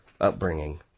upbringing